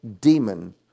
demon